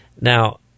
Now